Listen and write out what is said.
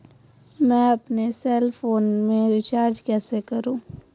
मैं अपने cell phone में रिचार्ज कैसे करूँ?